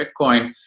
Bitcoin